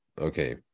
okay